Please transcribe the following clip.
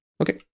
Okay